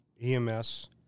EMS